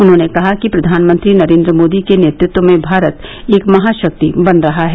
उन्होंने कहा कि प्रधानमंत्री नरेन्द्र मोदी के नेतृत्व में भारत एक महाशक्ति बन रहा है